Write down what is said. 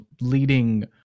leading